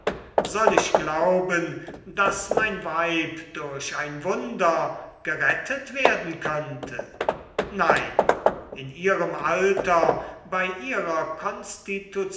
soll ich glauben daß mein weib durch ein wunder gerettet werden könnte nein in ihrem alter bei ihrer